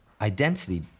identity